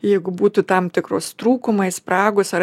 jeigu būtų tam tikros trūkumai spragos ar